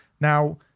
Now